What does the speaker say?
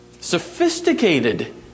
Sophisticated